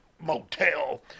motel